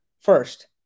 first